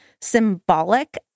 symbolic